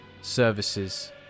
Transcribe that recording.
services